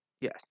Yes